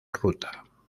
ruta